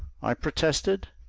i protested.